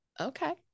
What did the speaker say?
okay